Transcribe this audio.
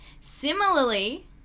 Similarly